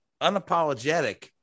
unapologetic